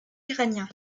iranien